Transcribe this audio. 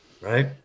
Right